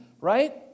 right